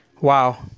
wow